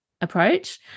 approach